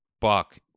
buck